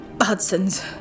Hudson's